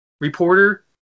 reporter